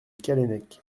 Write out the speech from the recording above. callennec